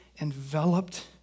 enveloped